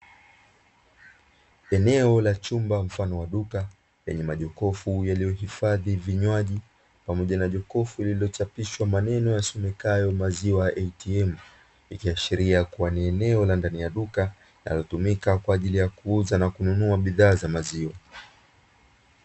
Eneo la chumba mfano wa duka lenye majokofu yaliyohifadhi vinywaji pamoja na jokofu lililochapishwa maneno yasomekayo "maziwa ya atm", ikiashiria kuwa ni eneo la ndani ya duka linalotumika kwa ajili ya kuuza na kununua bidhaa za maziwa.